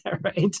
right